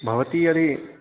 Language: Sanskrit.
भवती यदि